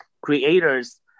creators